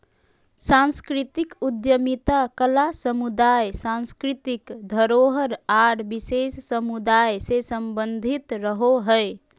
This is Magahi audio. सांस्कृतिक उद्यमिता कला समुदाय, सांस्कृतिक धरोहर आर विशेष समुदाय से सम्बंधित रहो हय